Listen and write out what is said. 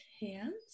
hands